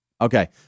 Okay